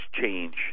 change